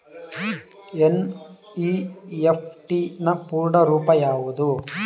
NEFT ನ ಪೂರ್ಣ ರೂಪ ಯಾವುದು?